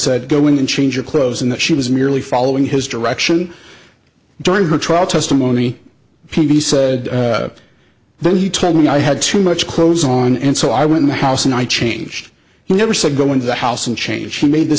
said go in and change your clothes and that she was merely following his direction during her trial testimony he said then he told me i had too much clothes on and so i went in the house and i changed he never said go into the house and change she made the